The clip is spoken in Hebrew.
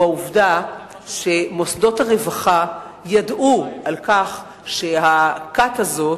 העובדה שמוסדות הרווחה ידעו על הכת הזאת,